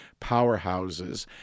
powerhouses